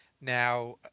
now